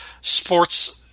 sports –